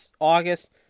August